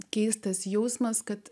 keistas jausmas kad